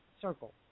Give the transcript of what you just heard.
circle